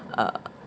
err